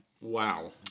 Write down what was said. Wow